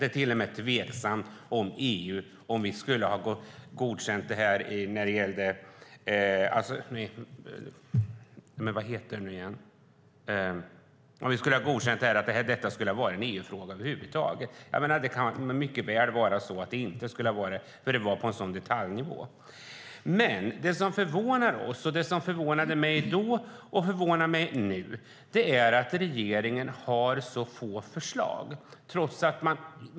Det är till och med tveksamt om man skulle ha godkänt detta som en EU-fråga över huvud taget. Det kan mycket väl vara så att det inte skulle ha varit det, för det var på en sådan detaljnivå. Men det som förvånade oss då och det som förvånar mig nu är att regeringen har så få förslag.